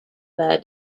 their